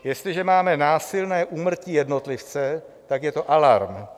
Jestliže máme násilné úmrtí jednotlivce, tak je to alarm.